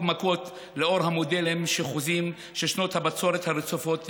מכות לנוכח המודלים שחוזים ששנות הבצורת הרצופות תימשכנה.